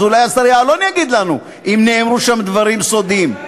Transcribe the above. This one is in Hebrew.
אז אולי השר יעלון יגיד לנו אם נאמרו שם דברים סודיים.